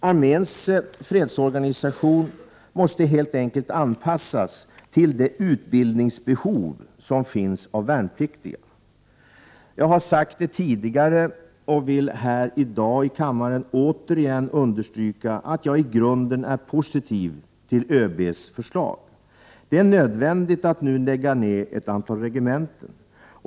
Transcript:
Arméns fredsorganisation måste helt enkelt anpassas till de utbildningsbehov som finns beträffande värnpliktiga. Jag har sagt det tidigare, men jag vill ändå i dag här i kammaren återigen understryka att jag i grunden är positiv till ÖB:s förslag. Det är nödvändigt att nu lägga ned ett antal regementen.